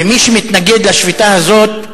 מי שמתנגד לשביתה הזאת,